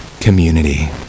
community